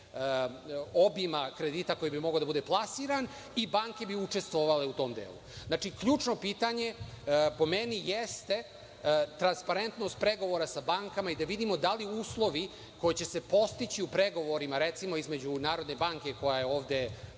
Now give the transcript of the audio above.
obima kredita koji bi mogao da bude plasiran i banke bi učestvovale u tom delu. Ključno pitanje po meni jeste transparentnost pregovora sa bankama i da vidimo da li uslovi koji će se postići u pregovorima, recimo između Narodne banke, koja ovde